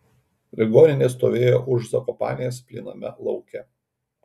ligoninė stovėjo už zakopanės plyname lauke